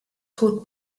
tot